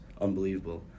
unbelievable